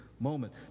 moment